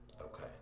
Okay